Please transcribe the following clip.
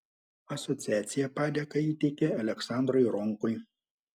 asociacija padėką įteikė aleksandrui ronkui